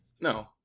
No